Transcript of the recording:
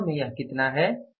इकाइयों में यह कितना है